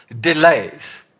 delays